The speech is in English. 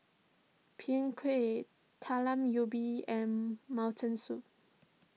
Png Kueh Talam Ubi and Mutton Soup